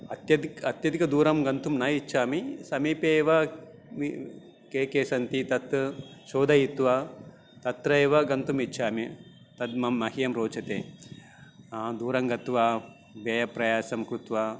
अत्यधिकम् अत्यधिकदूरं गन्तुं न इच्छामि समीपे एव वि के के सन्ति तत् शोधयित्वा तत्र एव गन्तुमिच्छामि तद् मे मह्यं रोचते दूरं गत्वा व्ययप्रयासं कृत्वा